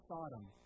Sodom